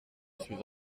suis